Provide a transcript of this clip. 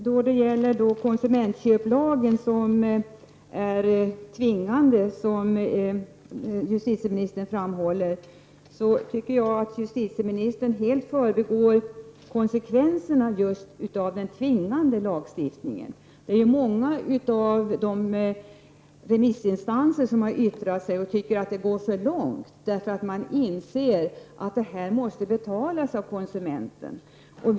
Då det gäller konsumentköplagen som är tvingande, vilket justitieministern framhåller, tycker jag att justitieministern helt förbigår konsekvenserna av just den tvingande lagstiftningen. Många av de remissinstanser som har yttrat sig tycker att det går för långt, för de inser att detta måste betalas av konsumenterna.